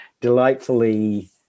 delightfully